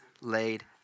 laid